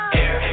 air